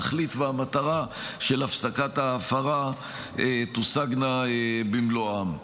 התכלית והמטרה של הפסקת ההפרה תושגנה במלואן.